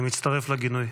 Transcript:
אני מצטרף לגינוי.